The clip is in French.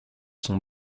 son